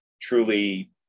truly